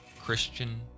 Christian